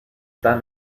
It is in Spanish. tan